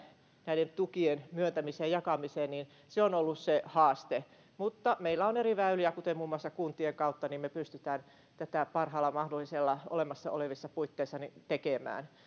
näiden tukien jakamiseen on ollut se haaste mutta meillä on eri väyliä muun muassa kuntien kautta me pystymme tätä parhaalla mahdollisella tavalla olemassa olevissa puitteissa tekemään